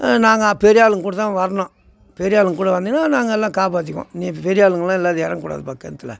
நாங்க பெரியாளுங்க கூட தான் வரணும் பெரியாளுங்க கூட வந்தேனா நாங்கள் எல்லாம் காப்பாற்றிக்குவோம் நீ பெரியாளுங்கெல்லாம் இல்லாம இறங்கக்கூடாதுப்பா கிணத்துல